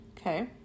Okay